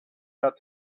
got